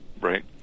Right